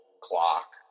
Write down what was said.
clock